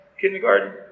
kindergarten